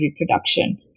reproduction